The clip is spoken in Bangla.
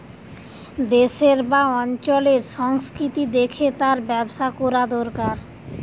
দেশের বা অঞ্চলের সংস্কৃতি দেখে তার ব্যবসা কোরা দোরকার